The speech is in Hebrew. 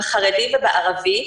בחרדי ובערבי,